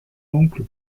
oncle